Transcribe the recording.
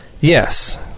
Yes